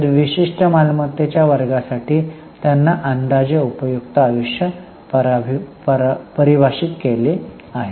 तर विशिष्ट मालमत्तेच्या वर्गासाठी त्यांनी अंदाजे उपयुक्त आयुष्य परिभाषित केले आहे